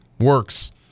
works